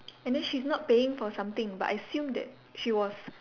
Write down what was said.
and then she's not paying for something but I assumed that she was